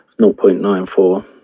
0.94